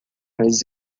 mas